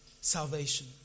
Salvation